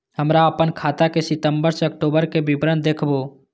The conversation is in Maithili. हमरा अपन खाता के सितम्बर से अक्टूबर के विवरण देखबु?